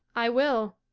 i will.